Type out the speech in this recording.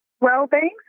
well-being